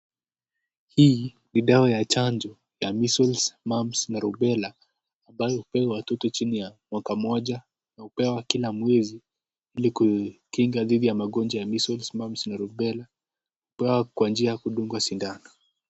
Hii ni dawa ya chanjo ya Measles, Mumps na Rubela ambayo hupewa watoto chini ya mwaka mmoja na hupewa kila mwezi ili kuwakinga dhidi ya magonjwa ya Measles, Mumps na Rubela. Hupewa kwa njia ya kudungwa sindano.